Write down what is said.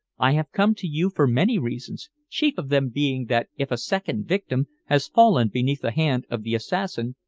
i have come to you for many reasons, chief of them being that if a second victim has fallen beneath the hand of the assassin,